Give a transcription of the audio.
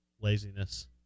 laziness